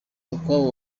mukwabu